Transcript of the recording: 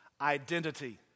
identity